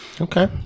Okay